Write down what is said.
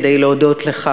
כדי להודות לך